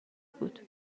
بود